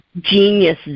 genius